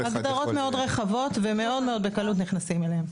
הגדרות מאוד רחבות ומאוד בקלות נכנסים אליהן.